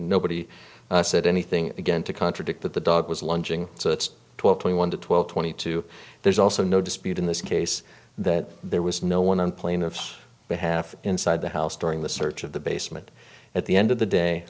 nobody said anything again to contradict that the dog was lunging so it's twelve twenty one to twelve twenty two there's also no dispute in this case that there was no one on plaintiff's behalf inside the house during the search of the basement at the end of the day